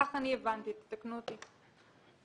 כך אני הבנתי ותקנו אותי אם אני טועה.